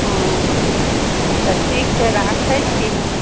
हँ तऽ ठीक छै राखै छी हम